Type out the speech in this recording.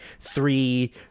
three